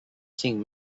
cinc